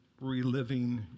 reliving